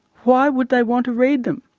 why would they want to read them?